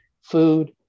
Food